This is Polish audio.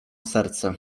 serce